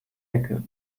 ecke